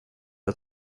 jag